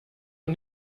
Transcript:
und